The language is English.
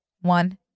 One